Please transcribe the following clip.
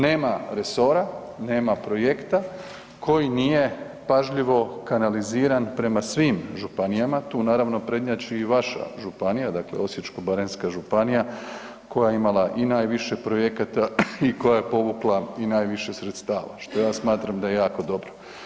Nema resora, nema projekta koji nije pažljivo kanaliziran prema svim županijama, tu naravno prednjači i vaša županija, dakle Osječko-baranjska županija koja je imala i najviše projekata i koja je povukla i najviše sredstava, što ja smatram da je jako dobro.